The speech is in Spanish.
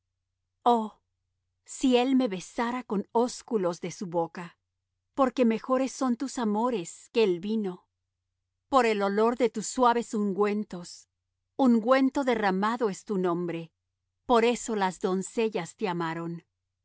si él me besara con ósculos de su boca porque mejores son tus amores que el vino por el olor de tus suaves unguüentos ungüento derramado es tu nombre por eso las doncellas te amaron llévame